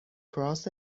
کراس